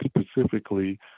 specifically